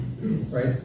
right